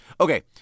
Okay